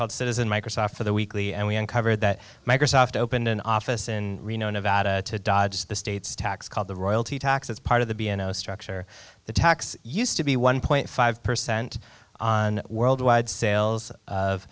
called citizen microsoft for the weekly and we uncovered that microsoft opened an office in reno nevada to dodge the state's tax called the royalty tax as part of the b n o structure the tax used to be one point five per cent on worldwide sales